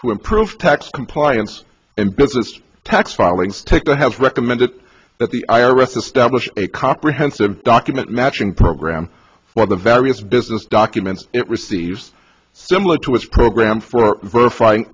to improve tax compliance and business tax filings take to have recommended that the i r s establish a comprehensive document matching program for the various business documents it receives similar to its program for verifying